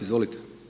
Izvolite.